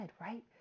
right